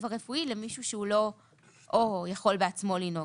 הרפואי למישהו שהוא לא יכול בעצמו לנהוג,